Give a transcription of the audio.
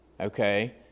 okay